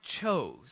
chose